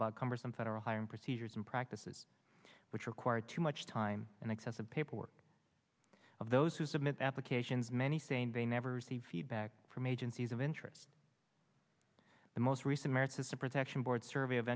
about cumbersome federal hiring procedures and practices which require too much time and excessive paperwork of those who submit applications many saying they never receive feedback from agencies of interest the most recent merits as a protection board survey of